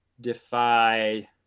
defy